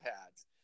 pads